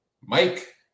Mike